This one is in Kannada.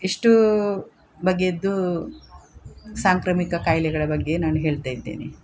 ಇಷ್ಟು ಬಗೆಯದ್ದೂ ಸಾಂಕ್ರಾಮಿಕ ಖಾಯಿಲೆಗಳ ಬಗ್ಗೆ ನಾನು ಹೇಳ್ತಾ ಇದ್ದೇನೆ